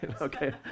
okay